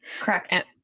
Correct